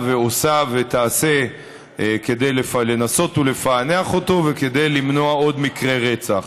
ועושה ותעשה כדי לנסות ולפענח אותו וכדי למנוע עוד מקרי רצח.